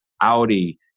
Audi